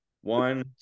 One